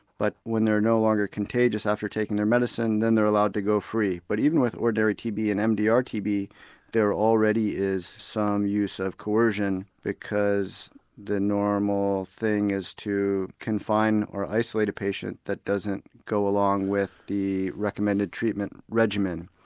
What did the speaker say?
but when they're no longer contagious after taking their medicine, then they're allowed to go free. but even with ordinary tb and mdr-tb, there already is some use of coercion because the normal thing is to confine or isolate a patient that doesn't go along with the recommended treatment regimen,